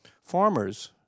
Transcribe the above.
farmers